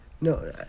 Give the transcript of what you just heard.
No